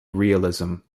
realism